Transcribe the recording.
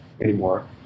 anymore